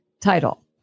title